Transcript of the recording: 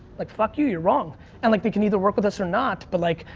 like, fuck you, you're wrong and like they can either work with us or not, but like,